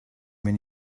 when